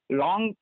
long